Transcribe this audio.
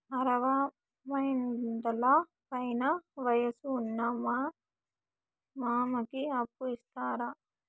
అరవయ్యేండ్ల పైన వయసు ఉన్న మా మామకి అప్పు ఇస్తారా